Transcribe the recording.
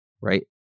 Right